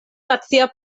nacia